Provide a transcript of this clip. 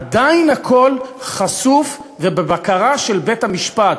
עדיין הכול חשוף ובבקרה של בית-המשפט,